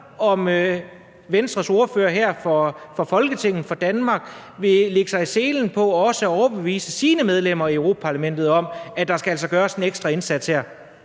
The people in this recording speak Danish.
om Venstres ordfører her fra Folketinget, fra Danmark vil lægge sig i selen for også at overbevise sine medlemmer i Europa-Parlamentet om, at der altså skal gøres en ekstra indsats her.